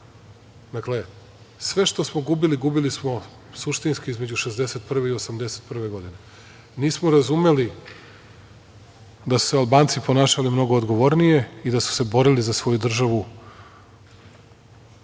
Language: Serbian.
Dakle, sve što smo gubili, gubili smo suštinski između 1961. i 1981. godine. Nismo razumeli da su se Albanci ponašali mnogo odgovornije i da su se borili za svoju državu,